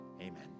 Amen